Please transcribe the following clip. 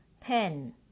pen